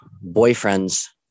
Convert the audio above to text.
boyfriend's